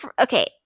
Okay